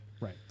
Right